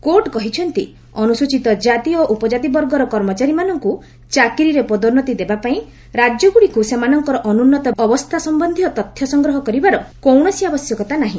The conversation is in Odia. କୋର୍ଟ କହିଛନ୍ତି ଅନୁସ୍ଚିତ କାତି ଓ ଉପଜାତି ବର୍ଗର କର୍ମଚାରୀମାନଙ୍କୁ ଚାକିରିରେ ପଦୋନ୍ନତି ଦେବାପାଇଁ ରାଜ୍ୟଗୁଡ଼ିକୁ ସେମାନଙ୍କର ଅନୁନ୍ନତ ଅବସ୍ଥା ସମ୍ଭନ୍ଧୀୟ ତଥ୍ୟ ସଂଗ୍ରହ କରିବାର କୌଣସି ଆବଶ୍ୟକତା ନାହିଁ